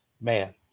man